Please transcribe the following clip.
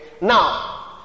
Now